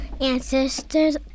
ancestors